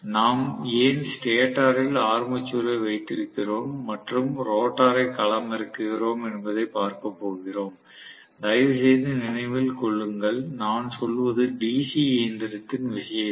நாம் ஏன் ஸ்டேட்டரில் ஆர்மேச்சரை வைத்திருக்கிறோம் மற்றும் ரோட்டரை களமிறக்குகிறோம் என்பதைப் பார்க்கப் போகிறோம் தயவுசெய்து நினைவில் கொள்ளுங்கள் நான் சொல்வது டிசி இயந்திரத்தின் விஷயத்தில்